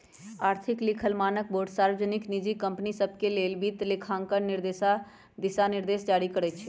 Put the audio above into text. आर्थिक लिखल मानकबोर्ड सार्वजनिक, निजी कंपनि सभके लेल वित्तलेखांकन दिशानिर्देश जारी करइ छै